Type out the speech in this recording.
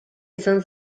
izan